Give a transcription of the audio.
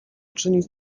czynić